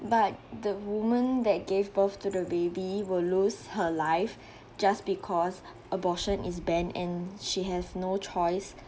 but the woman that gave birth to the baby will lose her life just because abortion is banned and she has no choice